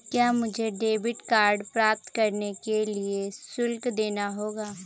क्या मुझे debit card प्राप्त करने के लिए शुल्क देना होगा?